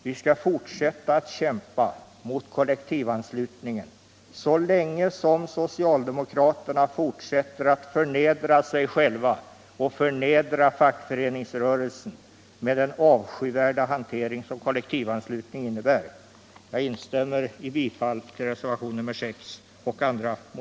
Vi skall fortsätta att kämpa mot kollektivan slutningen så länge som socialdemokraterna fortsätter att förnedra sig själva och förnedra fackföreningsrörelsen med den avskyvärda hantering som kollektivanslutning innebär. Jag instämmer i yrkandet om bifall till reservationen 6 och andra mo